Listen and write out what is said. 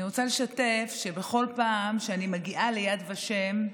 אני רוצה לשתף שבכל פעם שאני מגיעה ליד ושם,